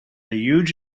huge